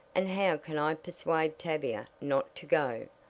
and how can i persuade tavia not to go?